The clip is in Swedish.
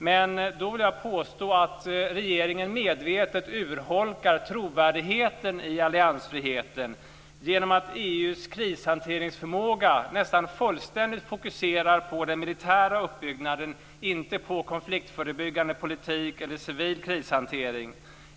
Men då vill jag påstå att regeringen medvetet urholkar trovärdigheten i alliansfriheten genom att EU:s krishanteringsförmåga nästan fullständigt fokuserar på den militära uppbyggnaden, inte på konfliktförebyggande politik eller civil krishantering.